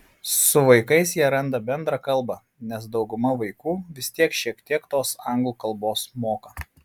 su vaikais jie randa bendrą kalbą nes dauguma vaikų vis tiek šiek tiek tos anglų kalbos moka